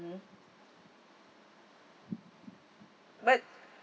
hmm but